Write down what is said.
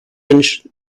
inch